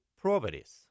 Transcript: properties